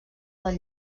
del